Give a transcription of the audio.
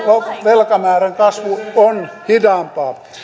velkamäärän kasvu on hitaampaa